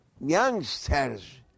Youngsters